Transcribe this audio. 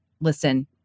Listen